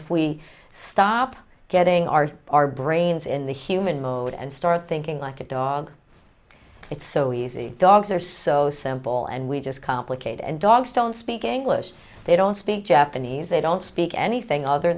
if we stop getting our our brains in the human mode and start thinking like a dog it's so easy dogs are so simple and we just complicated and dogs don't speak english they don't speak japanese they don't speak anything other